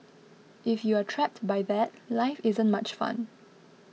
if you are trapped by that life isn't much fun